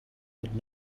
that